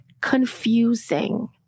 confusing